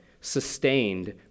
sustained